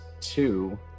two